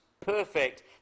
perfect